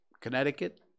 Connecticut